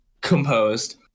composed